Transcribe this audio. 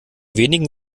wenigen